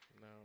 No